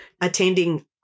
attending